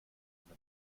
eine